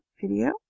video